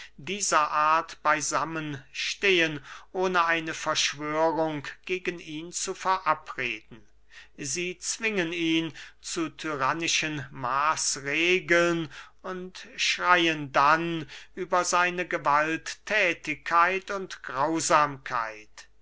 dieser art beysammen stehen ohne eine verschwörung gegen ihn zu verabreden sie zwingen ihn zu tyrannischen maßregeln und schreyen dann über seine gewaltthätigkeit und grausamkeit